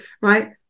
Right